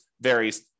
varies